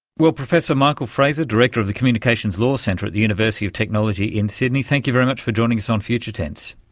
well, professor michael fraser, director of the communications law centre at the university of technology in sydney, thank you very much for joining us on future tense.